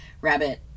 rabbit